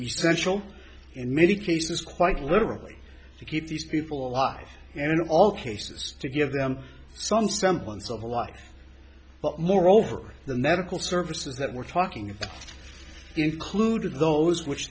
essential in many cases quite literally to keep these people alive and in all cases to give them some semblance of a life but moreover the medical services that we're talking of included those which